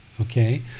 Okay